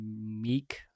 meek